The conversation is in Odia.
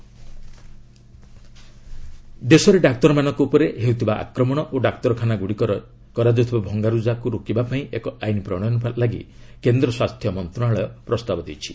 ହେଲ୍ଥ ଡ୍ରାଫ୍ ବିଲ୍ ଦେଶରେ ଡାକ୍ତରମାନଙ୍କ ଉପରେ ହୋଇଥିବା ଆକ୍ରମଣ ଓ ଡାକ୍ତରଖାନାଗୁଡ଼ିକର କରାଯାଉଥିବା ଭଙ୍ଗାରୁଜା ରୋକିବା ପାଇଁ ଏକ ଆଇନ୍ ପ୍ରଣୟନ ପାଇଁ କେନ୍ଦ୍ର ସ୍ୱାସ୍ଥ୍ୟ ମନ୍ତ୍ରଣାଳୟ ପ୍ରସ୍ତାବ ଦେଇଛି